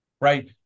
Right